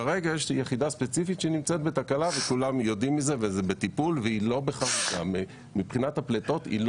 כרגע יש יחידה ספציפית שנמצאת בטיפול והיא לא בחריגה מבחינת הפליטות.